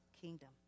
kingdom